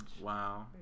Wow